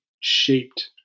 shaped